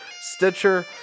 stitcher